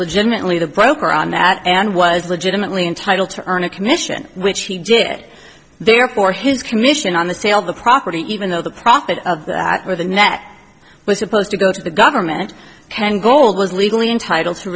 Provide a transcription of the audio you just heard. legitimately the broker on that and was legitimately entitled to earn a commission which he did therefore his commission on the sale of the property even though the profit for the net was supposed to go to the government and gold was legally entitled to